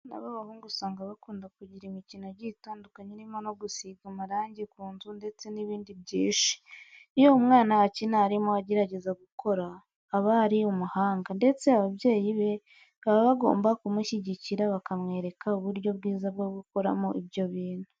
Abana b'abahungu usanga bakunda kugira imikino igiye itandukanye irimo no gusiga amarange ku nzu ndetse n'ibindi byinshi. Iyo umwana akina arimo agerageza gukora, aba ari umuhanga ndetse ababyeyi be baba bagomba kumushyigikira bakamwereka uburyo bwiza bwo gukoramo ibyo bintu.